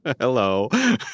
Hello